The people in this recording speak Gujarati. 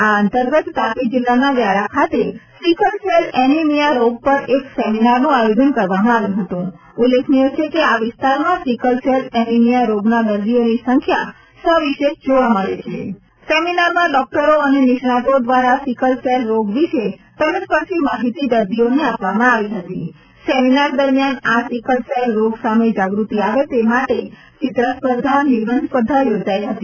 આ અંતર્ગત તાપી જિલ્લાના વ્યારા ખાતે સિકલસેલ એનિમિયા રોગ પર એક સેમિનાર નું આયોજન કરવામાં આવ્યુ હતું ઉલ્લેખનીય છેકે આ વિસ્તારમાં સિકલસેલ એનિમિયા રોગના દર્દીઓ ની સંખ્યા સવિશેષ જોવા મળે છે સેમીનારમાં ડોકટરો અને નિષ્ણાતો દ્વારા સિકલસેલ રોગ વિશે તલસ્પર્શી માહિતી દર્દીઓને આપવામાં આવી હતી સેમીનાર દરમ્યાન આ સિકલસેલ રોગ સામે જાગૃતિ આવે તે માટે ચિત્ર સ્પર્ધા નિબંધ સ્પર્ધા યોજાઇ હતી